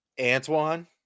Antoine